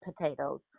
potatoes